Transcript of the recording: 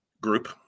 group